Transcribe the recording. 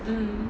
mm